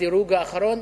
בדירוג האחרון.